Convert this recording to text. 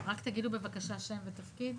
רק תגידו בבקשה שם ותפקיד.